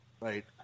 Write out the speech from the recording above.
Right